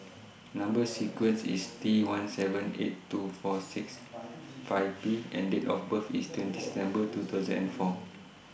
Number sequence IS T one seven eight two four six five P and Date of birth IS twenty September two thousand and four